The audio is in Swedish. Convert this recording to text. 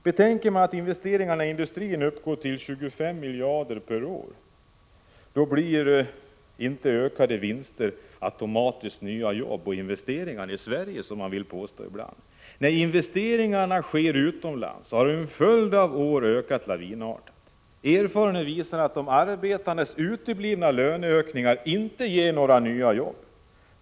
Betänker man att investeringarna i industrin uppgår till 25 miljarder per år, blir inte ökade vinster automatiskt nya jobb och investeringar i Sverige. Nej, investeringarna sker utomlands och har under en följd av år ökat lavinartat. Erfarenheten visar att de arbetandes uteblivna lönehöjningar inte ger några nya jobb.